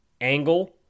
angle